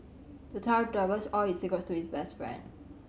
the child divulged all his secrets to his best friend